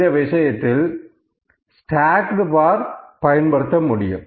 இந்த விஷயத்தில் stacked bar பயன்படுத்த முடியும்